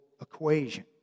equation